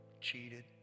cheated